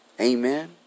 Amen